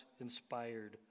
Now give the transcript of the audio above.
inspired